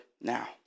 now